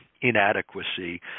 inadequacy